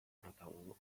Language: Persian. باتمام